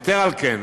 יתר על כן,